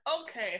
okay